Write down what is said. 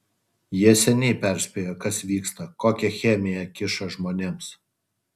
jie seniai perspėjo kas vyksta kokią chemiją kiša žmonėms